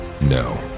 No